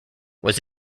was